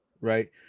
right